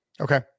Okay